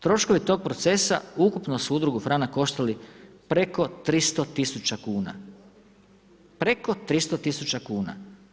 Troškove tog procesa ukupno su Udrugu Franak koštali preko 300 tisuća kuna, preko 600 tisuća kuna.